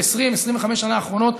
ב-20 25 השנה האחרונות,